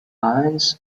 fines